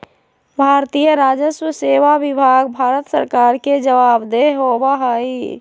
भारतीय राजस्व सेवा विभाग भारत सरकार के जवाबदेह होबा हई